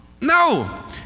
no